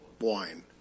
wine